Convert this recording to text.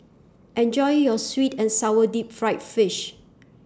Enjoy your Sweet and Sour Deep Fried Fish